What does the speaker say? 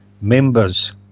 members